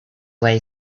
way